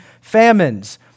famines